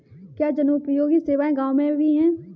क्या जनोपयोगी सेवा गाँव में भी है?